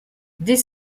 dès